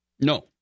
No